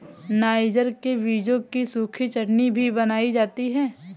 niger के बीजों की सूखी चटनी भी बनाई जाती है